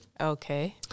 Okay